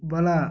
ಬಲ